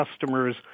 customers